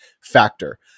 Factor